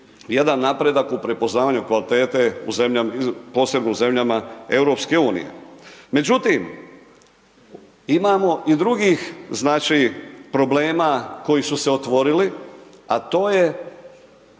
jedan napredak u prepoznavanju kvalitete posebno u zemljama EU-a. Međutim, imamo i drugih problema koji su se otvorili a to je